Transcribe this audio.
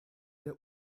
der